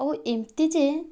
ଆଉ ଏମିତି ଯେ